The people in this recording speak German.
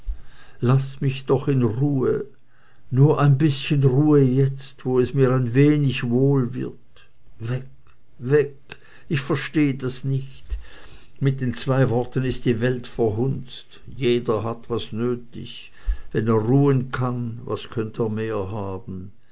laßt mich doch in ruhe nur ein bißchen ruhe jetzt wo es mir ein wenig wohl wird weg weg ich verstehe das nicht mit den zwei worten ist die welt verhunzt jeder hat was nötig wenn er ruhen kann was könnt er mehr haben